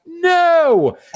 no